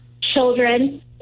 children